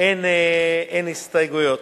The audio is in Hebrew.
אין הסתייגויות.